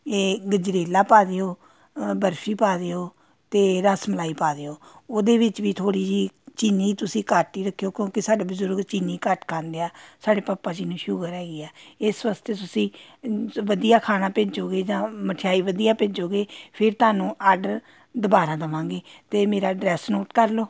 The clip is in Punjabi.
ਇਹ ਗਜਰੇਲਾ ਪਾ ਦਿਓ ਬਰਫੀ ਪਾ ਦਿਓ ਅਤੇ ਰਸ ਮਲਾਈ ਪਾ ਦਿਓ ਉਹਦੇ ਵਿੱਚ ਵੀ ਥੋੜ੍ਹੀ ਜਿਹੀ ਚੀਨੀ ਤੁਸੀਂ ਘੱਟ ਹੀ ਰੱਖਿਓ ਕਿਉਂਕਿ ਸਾਡੇ ਬਜ਼ੁਰਗ ਚੀਨੀ ਘੱਟ ਖਾਂਦੇ ਆ ਸਾਡੇ ਪਾਪਾ ਜੀ ਨੂੰ ਸ਼ੂਗਰ ਹੈਗੀ ਹੈ ਇਸ ਵਾਸਤੇ ਤੁਸੀਂ ਵਧੀਆ ਖਾਣਾ ਭੇਜੋਗੇ ਜਾਂ ਮਠਿਆਈ ਵਧੀਆ ਭੇਜੋਗੇ ਫਿਰ ਤੁਹਾਨੂੰ ਆਡਰ ਦੁਬਾਰਾ ਦੇਵਾਂਗੀ ਅਤੇ ਮੇਰਾ ਅਡਰੈਸ ਨੋਟ ਕਰ ਲਓ